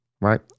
right